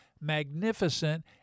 magnificent